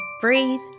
breathe